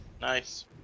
Nice